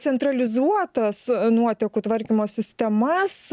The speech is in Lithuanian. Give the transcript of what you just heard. centralizuotas nuotekų tvarkymo sistemas